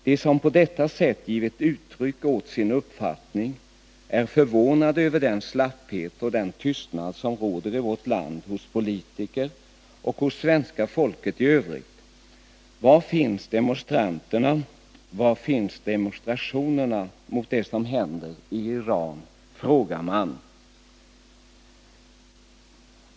De som på detta sätt givit uttryck åt sin uppfattning är förvånade över den slapphet och den tystnad som råder i vårt land hos politiker och hos svenska folket i övrigt. Man frågar: Var finns demonstranterna, var finns demonstrationerna mot det som händer i Iran?